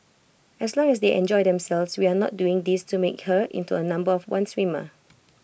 as long as they enjoy themselves we are not doing this to make her into A number of one swimmer